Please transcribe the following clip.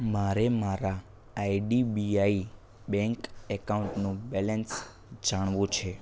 મારે મારા IDBI bank એકાઉન્ટનું બેલેન્સ જાણવું છે